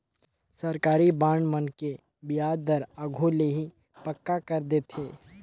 सरकारी बांड मन के बियाज दर आघु ले ही पक्का कर देथे